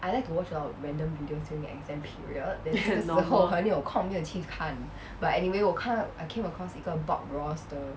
normal